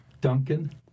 Duncan